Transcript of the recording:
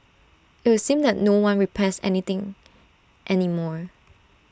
IT would seem that no one repairs any thing any more